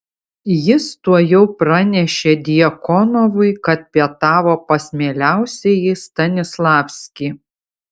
jis tuojau pranešė djakonovui kad pietavo pas mieliausiąjį stanislavskį